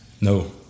No